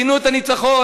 את הניצחון,